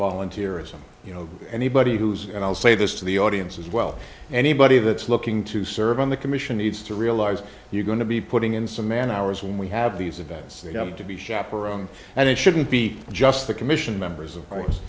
volunteerism you know anybody who's and i'll say this to the audience as well anybody that's looking to serve on the commission needs to realize you're going to be putting in some man hours when we have these events to be chaperoned and it shouldn't be just the commission members of